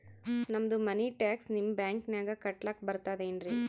ನಮ್ದು ಮನಿ ಟ್ಯಾಕ್ಸ ನಿಮ್ಮ ಬ್ಯಾಂಕಿನಾಗ ಕಟ್ಲಾಕ ಬರ್ತದೇನ್ರಿ?